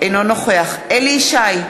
אינו נוכח אליהו ישי,